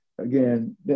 again